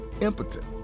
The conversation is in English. impotent